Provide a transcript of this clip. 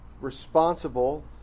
responsible